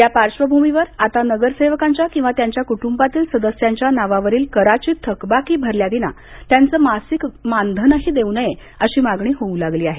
या पार्श्व भूमीवर आता नगरसेवकांच्या किंवा त्यांच्या क्टंबातील सदस्यांच्या नावावरील कराची थकबाकी भरल्याविना त्यांचं मासिक मानधनही देऊ नये अशी मागणी होऊ लागली आहे